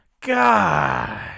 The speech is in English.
God